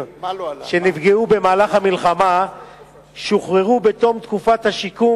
שנפגעו במהלך המלחמה שוחררו בתום תקופת השיקום,